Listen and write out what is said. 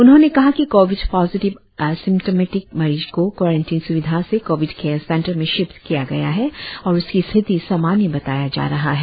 उन्होंने कहा कि कोविड पोजिटिव असिमटोमेटिक मरीज को क्वारेटिन स्विधा से कोविड केयर केंद्र में शिफ्ट किया गया है और उसकी स्थिति सामान्य बताया जा रहा है